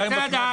מדע.